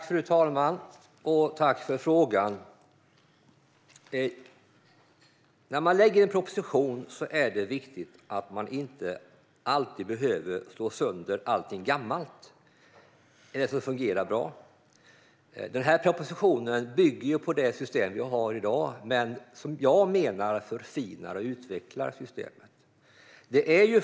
Fru talman! Tack för frågan! När man lägger fram en proposition är det viktigt att se att man inte alltid behöver slå sönder allt gammalt eller det som fungerar bra. Denna proposition bygger på det system vi har i dag, men jag menar att den förfinar och utvecklar systemet.